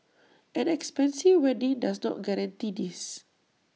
an expensive wedding does not guarantee this